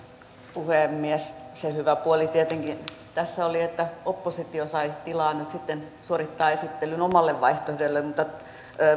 puhemies se hyvä puoli tietenkin tässä oli että oppositio sai tilaa nyt sitten suorittaa esittelyn omalle vaihtoehdolleen mutta